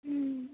ହୁଁ